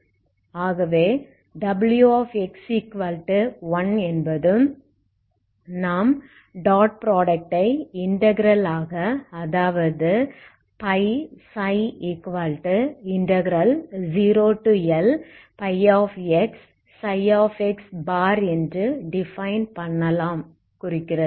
ஆகவே wx1 என்பது நாம் டாட் ப்ராடக்ட் ஐ இன்டகிரல் ஆக அதாவதுϕψ ∶ 0Lxψ என்று டிஃபைன் பண்ணலாம் குறிக்கிறது